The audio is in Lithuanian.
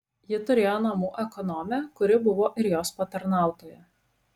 ji turėjo namų ekonomę kuri buvo ir jos patarnautoja